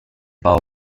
power